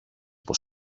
πώς